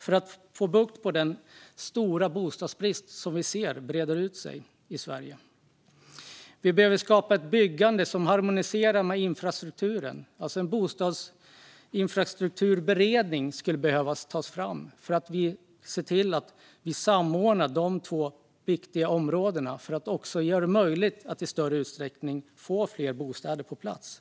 för att få bukt med den stora bostadsbrist som vi ser breda ut sig i Sverige. Vi behöver skapa ett byggande som harmoniserar infrastrukturen. Det skulle alltså behövas en bostadsinfrastrukturberedning för att se till att vi samordnar de två viktiga områdena för att göra det möjligt att i större utsträckning få fler bostäder på plats.